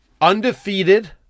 undefeated